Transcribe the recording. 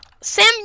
sam